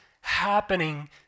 happening